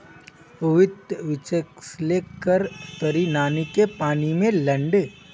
वित्त विश्लेषकेर मतलब से ईटा प्लानत निवेश करले से फायदा हबे